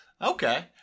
Okay